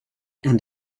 and